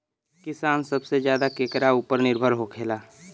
किसान सबसे ज्यादा केकरा ऊपर निर्भर होखेला?